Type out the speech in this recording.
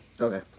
okay